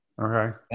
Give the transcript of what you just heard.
Okay